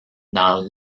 dans